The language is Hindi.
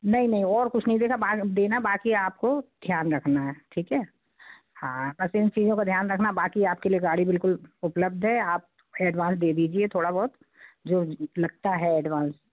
नहीं नहीं और कुछ नहीं देगा देना बाक़ी आपको ध्यान रखना है ठीक है हाँ बस इन चीज़ों का ध्यान रखना बाक़ी आपके लिए गाड़ी बिल्कुल उपलब्ध है आप एडवांस दे दीजिए थोड़ा बहुत जो लगता है एडवांस